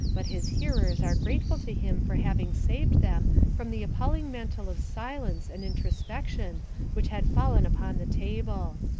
but his hearers are grateful to him for having saved them from the appalling mantle of silence and introspection which had fallen upon the table.